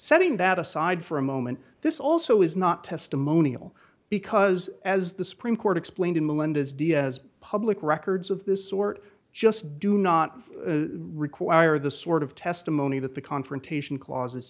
setting that aside for a moment this also is not testimonial because as the supreme court explained in melinda's diaz public records of this sort just do not require the sort of testimony that the confrontation clause